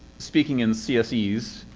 speaking in csese.